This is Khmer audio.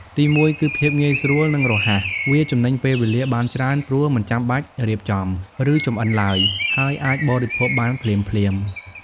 ទីមួយ គឺភាពងាយស្រួល និងរហ័ស វាចំណេញពេលវេលាបានច្រើន ព្រោះមិនចាំបាច់រៀបចំ ឬចម្អិនឡើយ ហើយអាចបរិភោគបានភ្លាមៗ។